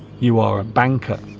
you are a banker